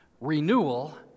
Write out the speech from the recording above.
renewal